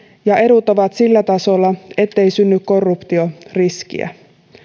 ja edut ovat sillä tasolla ettei synny korruptioriskiä